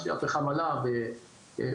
הפחם עלה והוכפל.